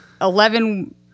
Eleven